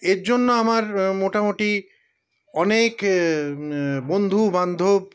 এর জন্য আমার মোটামুটি অনেক বন্ধু বান্ধব